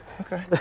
Okay